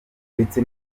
ndetse